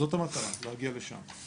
זאת המטרה להגיע לשם.